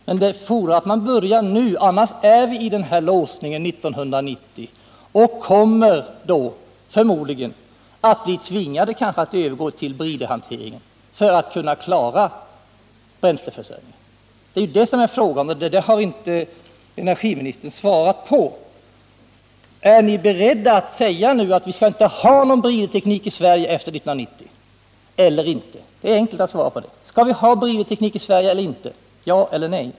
Men det fordrar att man börjar nu, annars kommer vi att få denna låsning 1990 och blir då förmodligen tvingade att övergå till bridhantering för att kunna klara bränsleförsörjningen. Det är det saken gäller, och energiministern har inte svarat på frågan: Är ni beredda att säga att vi inte skall ha någon bridteknik i Sverige efter 1990? Det enkla svaret på den frågan är ja eller nej.